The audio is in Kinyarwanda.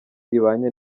ibanye